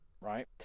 right